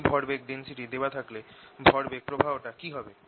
এই ভরবেগ ডেন্সিটি দেওয়া থাকলে ভরবেগ প্রবাহ টা কি হবে